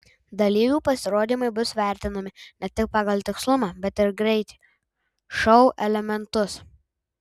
dalyvių pasirodymai bus vertinami ne tik pagal tikslumą bet ir greitį šou elementus